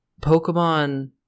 Pokemon